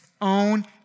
own